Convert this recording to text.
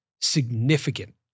significant